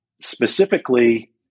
specifically